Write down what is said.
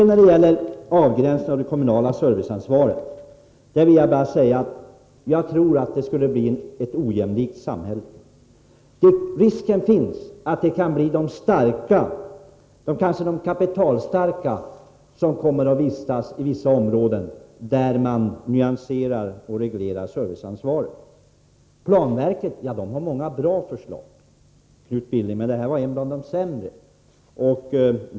När det gäller avgränsningen av det kommunala serviceansvaret vill jag bara säga att jag tror att det skulle bli ett ojämlikt samhälle. Risken finns att det kanske blir de kapitalstarka som kommer att vistas i vissa områden, där man nyanserar och reglerar serviceansvaret. Planverket har många bra förslag, Knut Billing, men detta var ett av de sämre.